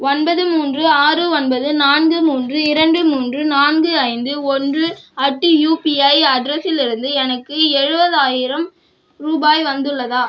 ஒன்பது மூன்று ஆறு ஒன்பது நான்கு மூன்று இரண்டு மூன்று நான்கு ஐந்து ஒன்று அட் யுபிஐ அட்ரஸிலிருந்து எனக்கு எழுபதாயிரம் ரூபாய் வந்துள்ளதா